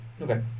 Okay